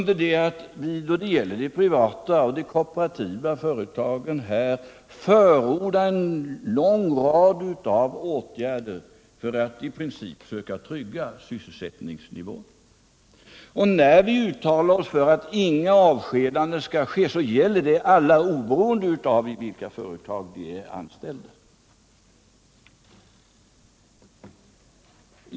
Då det gäller de privata och kooperativa företagen förordar vi en lång rad av åtgärder för att i princip söka trygga sysselsättningsnivån. När vi uttalar oss för att inga avskedanden skall ske, så gäller det alla, oberoende av vid vilka företag de är anställda.